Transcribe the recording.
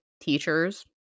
teachers